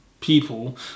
people